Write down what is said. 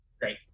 Great